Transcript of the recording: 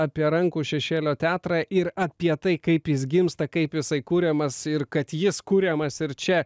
apie rankų šešėlio teatrą ir apie tai kaip jis gimsta kaip jisai kuriamas ir kad jis kuriamas ir čia